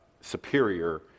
superior